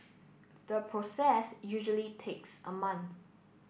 the process usually takes a month